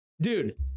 Dude